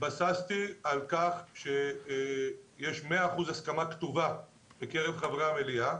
התבססתי על כך שיש 100 אחוזים הסכמה כתובה בקרב חברי המליאה.